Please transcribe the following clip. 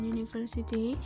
University